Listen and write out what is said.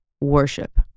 worship